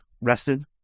rested